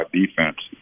defense